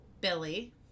Billy